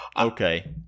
Okay